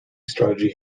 strategy